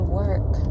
work